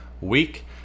week